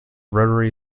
rotary